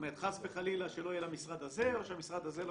חס וחלילה שלא יהיה למשרד הזה או שהמשרד הזה לא